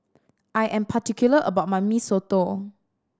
I am particular about my Mee Soto